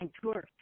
tour